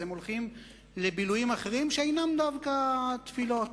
אז הם הולכים לבילויים אחרים שאינם דווקא תפילות,